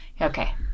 okay